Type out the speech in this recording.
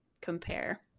compare